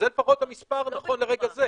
זה לפחות המספר נכון לרגע זה.